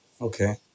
Okay